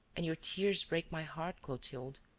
and your tears break my heart, clotilde.